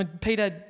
Peter